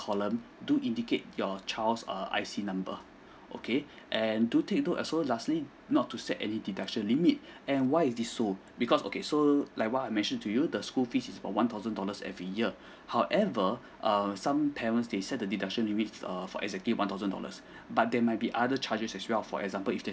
column do indicate your child's err I_C number okay and do take as well lastly not to set any deduction limit and why is this so because okay so like what I mentioned to you the school fees is for one thousand dollars every year however um some parents they set the deduction limits err for exactly one thousand dollars but there might be other charges as well for example if there's